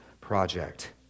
project